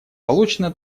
получено